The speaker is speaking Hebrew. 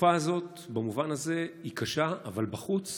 התקופה הזאת במובן הזה היא קשה, אבל בחוץ